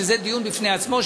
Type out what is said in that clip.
וזה דיון בפני עצמו,